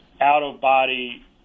out-of-body